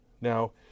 Now